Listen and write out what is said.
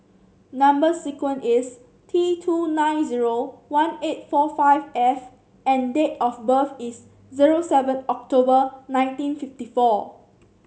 number sequence is T two nine zero one eight four five F and date of birth is zero seven October nineteen fifty four